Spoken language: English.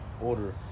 order